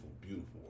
beautiful